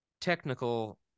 technical